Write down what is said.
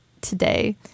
today